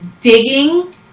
digging